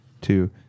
two